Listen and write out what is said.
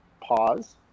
pause